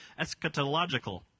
Eschatological